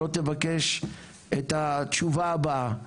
לא תבקש את התשובה הבאה,